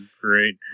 great